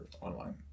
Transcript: online